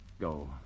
Go